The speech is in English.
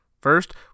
First